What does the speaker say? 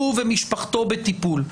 הוא ומשפחתו בטיפול.